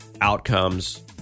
outcomes